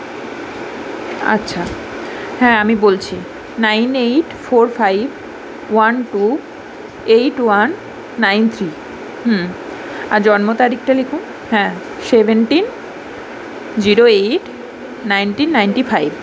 আচ্ছা হ্যাঁ আমি বলছি nine eight four five one two eight one nine three আর জন্ম তারিখটা লিখুন হ্যাঁ seventeen zero eight nineteen ninety five